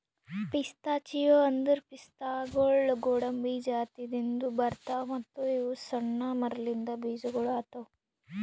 pistachio ಅಂದುರ್ ಪಿಸ್ತಾಗೊಳ್ ಗೋಡಂಬಿ ಜಾತಿದಿಂದ್ ಬರ್ತಾವ್ ಮತ್ತ ಇವು ಸಣ್ಣ ಮರಲಿಂತ್ ಬೀಜಗೊಳ್ ಆತವ್